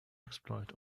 exploit